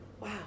wow